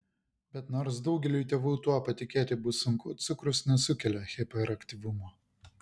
bet nors daugeliui tėvų tuo patikėti bus sunku cukrus nesukelia hiperaktyvumo